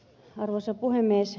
arvoisa puhemies